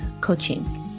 coaching